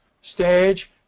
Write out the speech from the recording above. stage